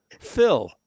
Phil